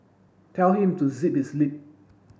tell him to zip his lip